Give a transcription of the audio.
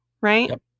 right